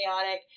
Chaotic